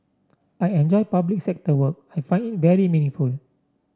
I enjoy public sector work I find it very meaningful